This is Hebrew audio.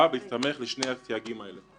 אבל בהסתמך על שני הסייגים האלו.